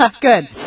good